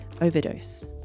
overdose